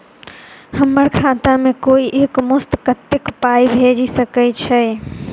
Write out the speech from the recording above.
हम्मर खाता मे कोइ एक मुस्त कत्तेक पाई भेजि सकय छई?